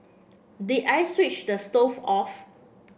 did I switch the stove off